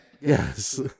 Yes